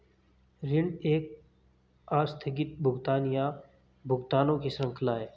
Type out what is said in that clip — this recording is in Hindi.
ऋण एक आस्थगित भुगतान, या भुगतानों की श्रृंखला है